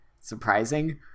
surprising